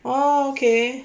oh okay